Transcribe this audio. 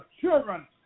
children